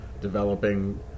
developing